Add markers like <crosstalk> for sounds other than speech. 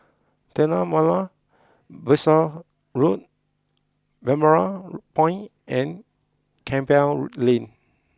Tanah Merah Besar <hesitation> Road Balmoral Point and Campbell Lane